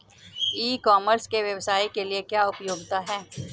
ई commerce के व्यवसाय के लिए क्या उपयोगिता है?